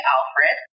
Alfred